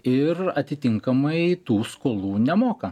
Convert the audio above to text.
ir atitinkamai tų skolų nemoka